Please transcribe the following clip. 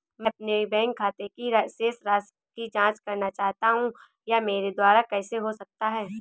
मैं अपने बैंक खाते की शेष राशि की जाँच करना चाहता हूँ यह मेरे द्वारा कैसे हो सकता है?